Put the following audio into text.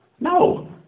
No